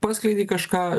paskleidei kažką